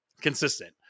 consistent